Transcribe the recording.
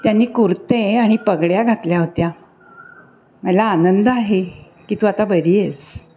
त्यांनी कुर्ते आणि पगड्या घातल्या होत्या मला आनंद आहे की तू आता बरी आहेस